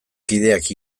kideak